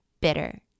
bitter